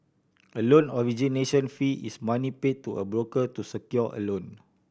a loan origination fee is money paid to a broker to secure a loan